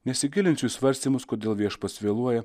nesigilinsiu į svarstymus kodėl viešpats vėluoja